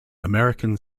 american